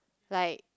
like